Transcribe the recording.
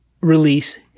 release